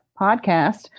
podcast